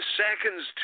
seconds